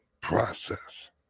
process